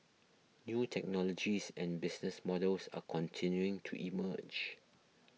new technologies and business models are continuing to emerge